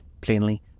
Plainly